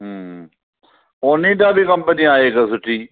ओनिडा बि कंपनी आहे हिकु सुठी